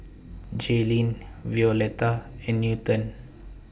Jaelynn Violetta and Newton